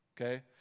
okay